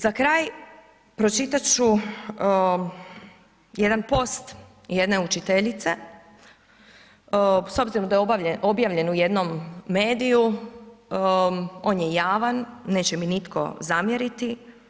Za kraj, pročitat ću jedan post jedne učiteljice s obzirom da je objavljen u jednom mediju, on je javan, neće mi nitko zamjeriti.